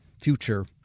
future